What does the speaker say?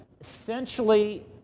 essentially